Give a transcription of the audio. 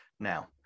Now